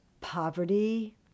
poverty